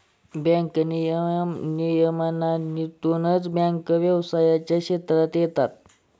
bank नियमन नियमावलीतूनच बँका व्यवसायाच्या क्षेत्रात येतात